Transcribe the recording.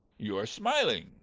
you are smiling.